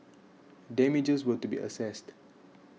damages were to be assessed